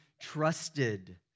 trusted